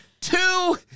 two